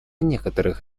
некоторых